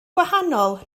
gwahanol